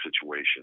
situation